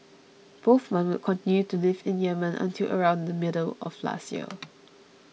both men would continue to live in Yemen until around the middle of last year